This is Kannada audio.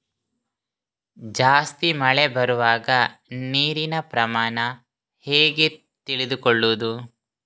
ಜಾಸ್ತಿ ಮಳೆ ಬರುವಾಗ ನೀರಿನ ಪ್ರಮಾಣ ಹೇಗೆ ತಿಳಿದುಕೊಳ್ಳುವುದು?